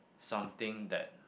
something that